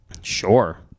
sure